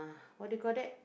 what do you call that